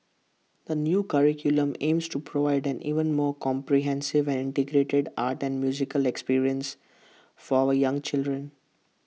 the new curriculum aims to provide an even more comprehensive and integrated art and music experience for our young children